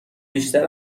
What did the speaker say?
بیشتر